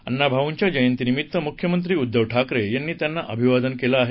अण्णाभाऊंच्या जनयंतीनिमीत्त मुख्यमंत्री उद्धव ठाकरे यांनी त्यांना अभिवादन केलं आहे